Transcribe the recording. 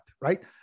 right